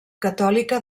catòlica